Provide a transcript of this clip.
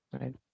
right